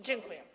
Dziękuję.